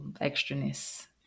extra-ness